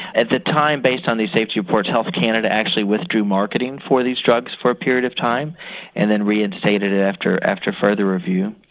at the time based on these reports health canada actually withdrew marketing for these drugs for a period of time and then reinstated it after after further review.